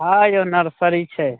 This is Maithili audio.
हँ यौ नर्सरी छै